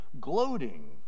gloating